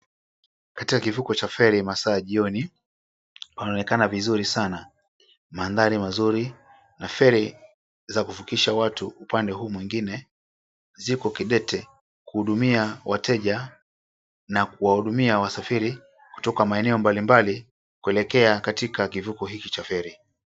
Katika kivuko cha feri masaa ya jioni panaonekana vizuri sana, mandhari mazuri na feri za kuvukisha watu upande huu mwingine ziko kidete kuhudumia wateja na kuwahudumia wasafiri kutoka maeneo mbalimbali kulekea katika kivuko hiki cha feri.